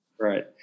Right